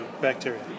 Bacteria